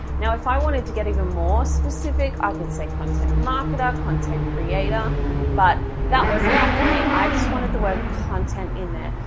now if i wanted to get even more specific i could say content marketer, content creator but that was enough for me i just wanted the word content in there,